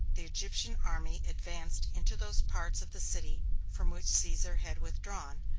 the egyptian army advanced into those parts of the city from which caesar had withdrawn,